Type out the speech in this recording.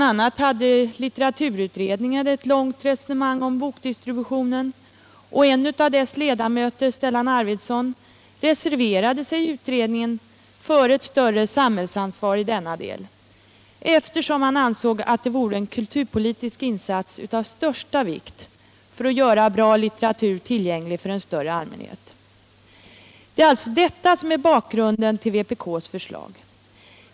a. hade litteraturutredningen ett långt resonemang om bokdistributionen och en av dess ledamöter, Stellan Arvidson, reserverade sig i utredningen för ett större samhällsansvar i denna del, eftersom han ansåg att det vore en kulturpolitisk insats av största vikt för att göra bra litteratur tillgänglig för en större allmänhet. Det är alltså detta som är bakgrunden till vpk:s förslag.